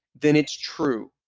then it's true.